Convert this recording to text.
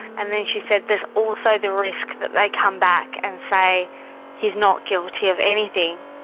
and then she said, there's also the risk that they come back and say he's not guilty of anything.